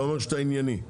אתה אומר שאתה ענייני.